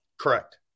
Correct